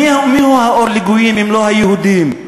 מי האור לגויים אם לא היהודים?